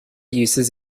uses